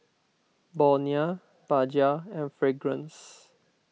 Bonia Bajaj and Fragrance